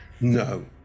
No